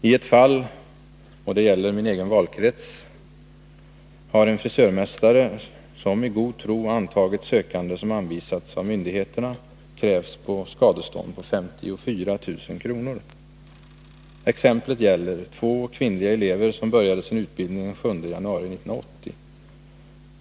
I ett fall, och det gäller min egen valkrets, har en frisörmästare — som i god tro antagit sökande som anvisats av myndigheterna — krävts på skadestånd på 54 000 kr. Exemplet gäller två kvinnliga elever som började sin utbildning den 7 januari 1980.